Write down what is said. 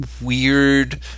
weird